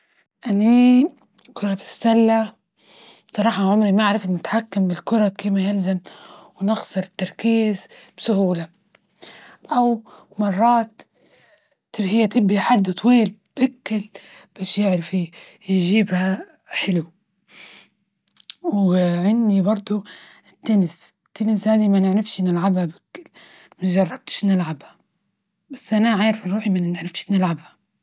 أني كرة السلة بصراحة عمري ما عرفت أتحكم بالكرة كيما يلزم، ونخسر التركيز بسهولة أو مرات هي تدي حد طويل باش يعرف يجيبها حلو، و عندي برضو تنس، التنس هادي ما نعرفش نلعبها ما جربتش نلعبها، بس انا عارفة روحي ما عرفتش نلعبها.